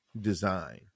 design